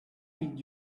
did